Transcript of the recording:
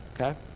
Okay